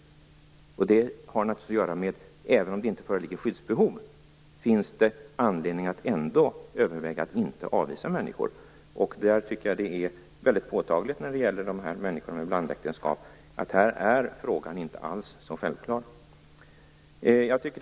Det har naturligtvis att göra med att det även om det inte föreligger skyddsbehov finns anledning att överväga att inte avvisa människor. När det gäller dessa människor i blandäktenskap tycker jag att det inte alls är så självklart.